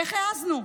איך העזנו,